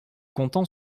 canton